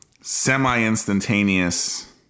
semi-instantaneous